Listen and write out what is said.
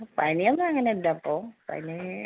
പനിയൊന്നും അങ്ങനില്ലപ്പോൾ പനി